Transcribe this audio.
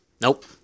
Nope